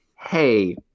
hey